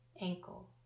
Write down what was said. ankle